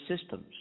systems